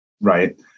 right